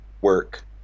work